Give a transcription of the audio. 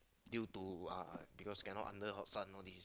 due to because cannot under hot sun only